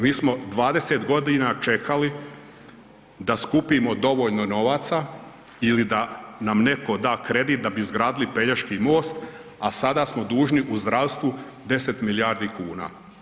Mi smo 20 g. čekali da skupimo dovoljno novaca ili da nam netko da kredit da bi izgradili Pelješki most a sada smo dužni u zdravstvu 10 milijardi kuna.